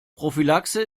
prophylaxe